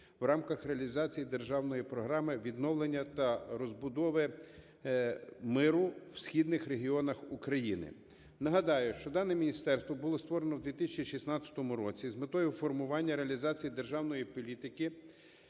в рамках реалізації Державної програми відновлення та розбудови миру в східних регіонах України. Нагадаю, що дане міністерство було створено в 2016 році з метою формування реалізації державної політики